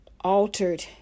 altered